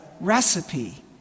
recipe